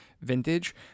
vintage